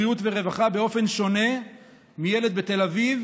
בריאות ורווחה באופן שונה מילד בתל אביב,